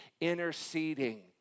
interceding